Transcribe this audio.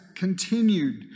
continued